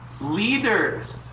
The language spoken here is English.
Leaders